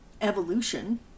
evolution